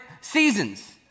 seasons